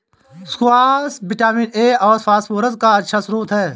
squash vitamin A और phosphorus का अच्छा श्रोत है